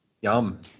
Yum